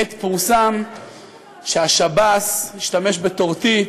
עת פורסם שהשב"ס השתמש בטורטית